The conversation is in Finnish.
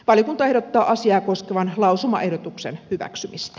valiokunta ehdottaa asiaa koskevan lausumaehdotuksen hyväksymistä